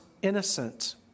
Innocent